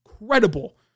incredible